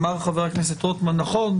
אמר חבר הכנסת רוטמן נכון,